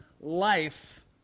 life